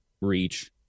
reach